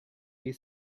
you